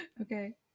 Okay